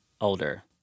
older